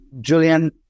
Julian